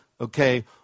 okay